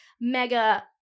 mega